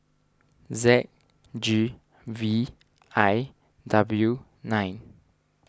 Z G V I W nine